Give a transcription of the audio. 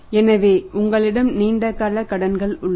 எனவே உங்களிடம் நீண்ட கால கடன்கள் உள்ளன